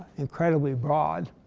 incredibly broad.